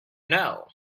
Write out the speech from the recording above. know